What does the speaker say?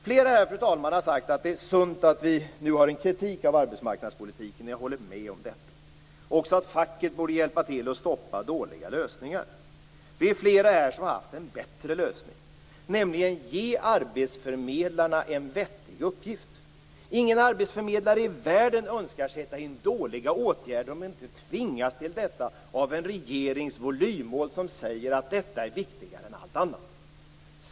Flera har här, fru talman, sagt att det är sunt att det nu riktas en kritik mot arbetsmarknadspolitiken, vilket jag har hållit med om, och att facket borde hjälpa till med att stoppa dåliga lösningar. Flera har här pekat på en bättre lösning, nämligen att ge arbetsförmedlarna en vettig uppgift. Ingen arbetsförmedlare i världen önskar sätta in dåliga åtgärder men kan tvingas till detta av ett volymmål från en regering som säger att detta är viktigare än allt annat.